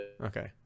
Okay